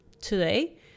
today